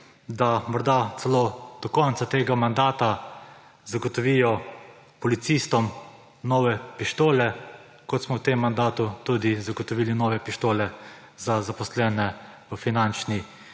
da morda celo do konca tega mandata zagotovijo policistom nove pištole, kot smo v tem mandatu tudi zagotovili nove pištole za zaposlene v Finančni